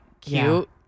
cute